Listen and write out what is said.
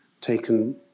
taken